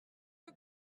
que